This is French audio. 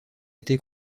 été